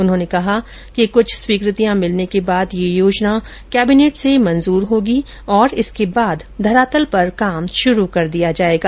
उन्होंने कहा कि कृछ स्वीकृतियां मिलने के बाद यह योजना कैबिनेट से मंजूर होगी और इसके बाद धरातल पर काम शुरू कर दिया जाएगा